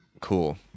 cool